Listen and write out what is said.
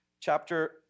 chapter